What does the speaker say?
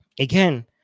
again